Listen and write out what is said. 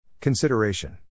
Consideration